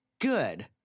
Good